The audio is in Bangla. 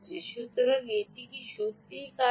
সুতরাং এটি কি সত্যিই কাজ করে